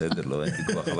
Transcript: בסדר, לא, אין ויכוח.